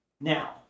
now